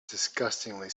disgustingly